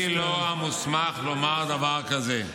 -- כי גם אני לא המוסמך לומר דבר כזה,